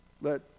let